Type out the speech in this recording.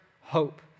hope